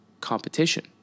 competition